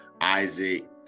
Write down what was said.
Isaac